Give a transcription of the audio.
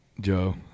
joe